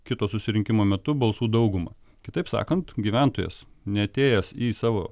kito susirinkimo metu balsų dauguma kitaip sakant gyventojas neatėjęs į savo